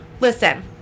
Listen